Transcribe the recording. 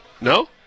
No